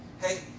hey